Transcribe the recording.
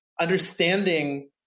understanding